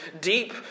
deep